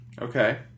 Okay